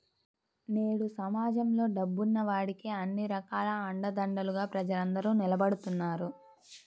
నేడు సమాజంలో డబ్బున్న వాడికే అన్ని రకాల అండదండలుగా ప్రజలందరూ నిలబడుతున్నారు